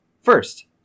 First